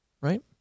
right